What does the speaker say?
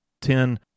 Ten